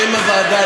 שם הוועדה,